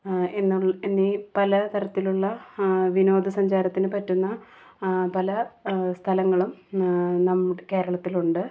എന്നു എന്നീ പലതരത്തിലുള്ള വിനോദസഞ്ചാരത്തിന് പറ്റുന്ന പല സ്ഥലങ്ങളും നമ്മുടെ കേരളത്തിലുണ്ട്